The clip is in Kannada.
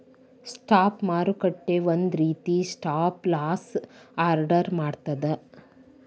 ಸ್ಟಾಪ್ ಮಾರುಕಟ್ಟೆ ಒಂದ ರೇತಿ ಸ್ಟಾಪ್ ಲಾಸ್ ಆರ್ಡರ್ ಮಾಡ್ತದ